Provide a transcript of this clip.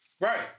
Right